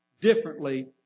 differently